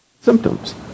symptoms